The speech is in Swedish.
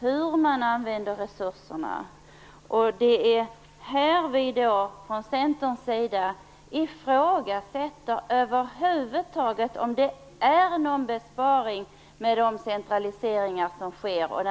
fråga om hur man använder resurserna. Det är här vi från Centerns sida ifrågasätter om det över huvud taget blir någon besparing med de centraliseringar som sker.